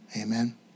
Amen